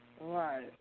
Right